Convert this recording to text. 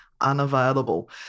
unavailable